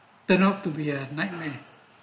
they're not to be a nightmare